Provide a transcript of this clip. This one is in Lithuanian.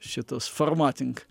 šituos formatting